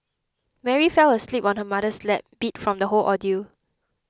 Mary fell asleep on her mother's lap beat from the whole ordeal